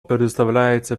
предоставляется